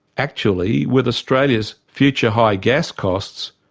actually, with australia's future high gas costs,